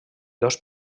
dos